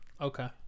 Okay